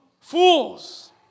fools